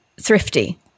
thrifty